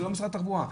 לא משרד התחבורה,